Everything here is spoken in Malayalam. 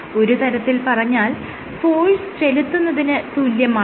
ഒരു തരത്തിൽ പറഞ്ഞാൽ ഫോഴ്സ് ചെലുത്തുന്നതിന് തുല്യമാണിത്